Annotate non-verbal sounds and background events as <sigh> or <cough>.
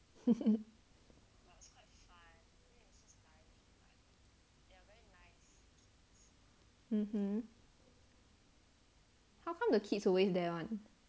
<laughs> mmhmm how come the kids always there [one]